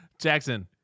Jackson